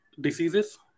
diseases